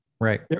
Right